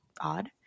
odd